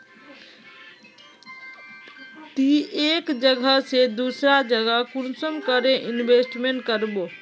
ती एक जगह से दूसरा जगह कुंसम करे इन्वेस्टमेंट करबो?